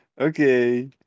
Okay